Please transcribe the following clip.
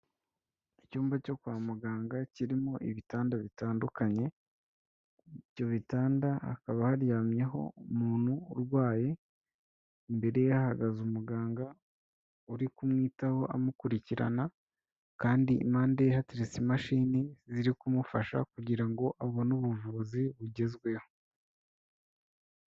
Icyumba cyo kwa muganga kirimo ibitanda bitandukanye, ibyo bitanda hakaba haryamyeho umuntu urwaye, imbere ye hahagaze umuganga uri kumwitaho amukurikirana kandi impande ye hateretse imashini ziri kumufasha kugira ngo abone ubuvuzi bugezweho.